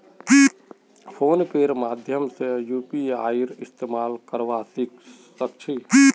phone पेर माध्यम से यूपीआईर इस्तेमाल करवा सक छी